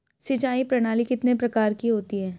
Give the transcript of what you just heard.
सिंचाई प्रणाली कितने प्रकार की होती हैं?